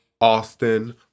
Austin